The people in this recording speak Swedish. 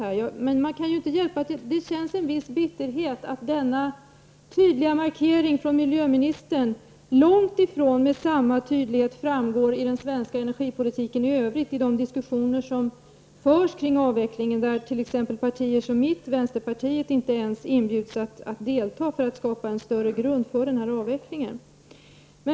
Men jag kan inte hjälpa att jag känner en viss bitterhet och att denna tydliga markering från miljöministern långt ifrån med samma tydlighet framgår i den svenska energipolitiken i övrigt i de diskussioner som förs om avvecklingen, där t.ex. partier som mitt, vänsterpartiet, inte ens inbjuds att delta för att skapa en stabilare grund för denna avveckling.